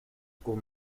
kon